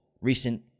recent